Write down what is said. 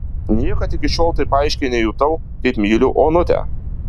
niekad iki šiol taip aiškiai nejutau kad myliu onutę